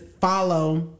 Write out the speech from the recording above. follow